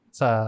sa